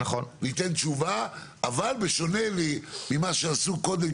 ניתן תשובה אבל בשונה ממה שעשו קודם,